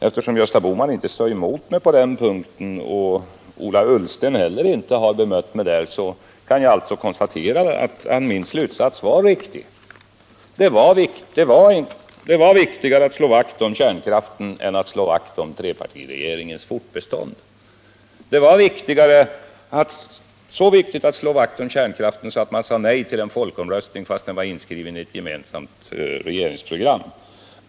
Eftersom Gösta Bohman inte sade emot mig på den punkten och Ola Ullsten inte heller har bemött mig vill jag alltså konstatera att min slutsats var riktig. Det var viktigare att slå vakt om kärnkraften än om trepartiregeringens fortbestånd. Det var så viktigt att slå vakt om kärnkraften att man sade nej till en folkomröstning fastän den var inskriven i ett gemensamt regeringsprogram.